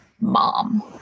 mom